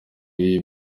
iyi